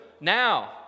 Now